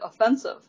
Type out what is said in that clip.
offensive